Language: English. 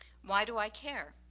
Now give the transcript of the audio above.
why do i care?